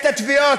את התביעות.